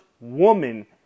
woman